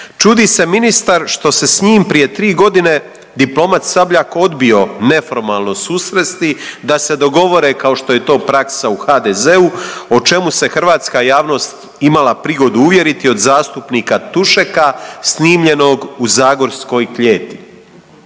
Čudi se ministar što se s njim prije 3 godine diplomat Sabljak odbio neformalno susresti da se dogovore kao što je to praksa u HDZ-u o čemu se hrvatska javnost imala prigodu uvjeriti od zastupnika Tušeka snimljenog u zagorskoj klijeti.